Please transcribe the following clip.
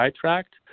tract